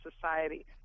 society